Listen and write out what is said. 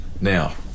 Now